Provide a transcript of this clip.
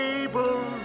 able